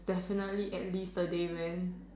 definitely at least a day man